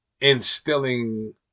instilling